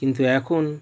কিন্তু এখন